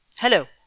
Hello